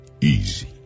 easy